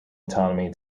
autonomy